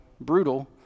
brutal